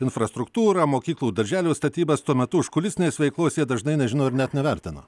infrastruktūrą mokyklų darželių statybas tuo metu užkulisinės veiklos jie dažnai nežino ir net nevertina